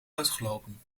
uitgelopen